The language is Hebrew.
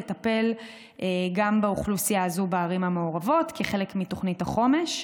לטפל גם באוכלוסייה הזו בערים המעורבות כחלק מתוכנית החומש.